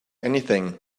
anything